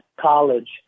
college